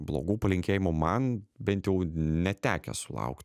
blogų palinkėjimų man bent jau netekę sulaukt